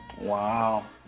Wow